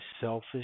selfish